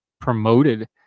promoted